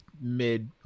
mid